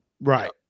Right